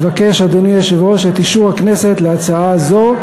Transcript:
אבקש, אדוני היושב-ראש, את אישור הכנסת להצעה זו.